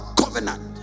covenant